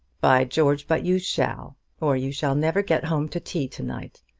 by george, but you shall or you shall never get home to tea to-night.